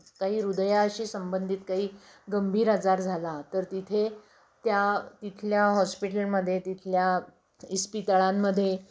काही हृदयाशी संबंधित काही गंभीर आजार झाला तर तिथे त्या तिथल्या हॉस्पिटलमध्ये तिथल्या इस्पितळांमध्ये